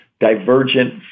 divergent